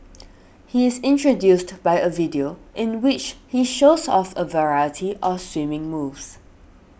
he is introduced by a video in which he shows off a variety of swimming moves